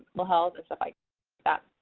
telehealth, stuff like that.